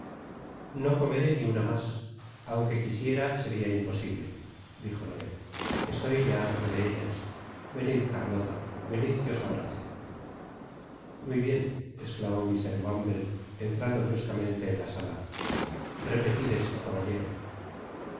no comeré ni una mas aun que quisiera seria imposible dijo noé estoy ya harto de ellas venid carlota venid que os abraze muy bien esclamó mr bumble entrando bruscamente en la sala epetid esto caballero